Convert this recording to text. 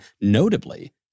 notably